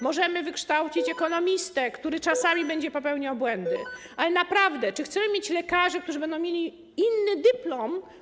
Możemy wykształcić ekonomistę, który czasami będzie popełniał błędy, ale czy naprawdę chcemy mieć lekarzy, którzy będą mieli inny dyplom?